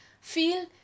feel